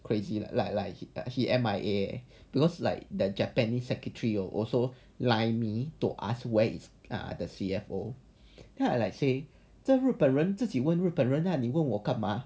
crazy like like like he M_I_A because like the japanese secretary also line me to ask where is the C_F_O ya like say 这日本人自己问日本人 lah 那里问我干嘛